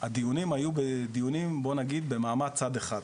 הדיונים היו, בוא נגיד, במעמד צד אחד.